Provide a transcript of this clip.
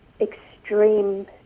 extreme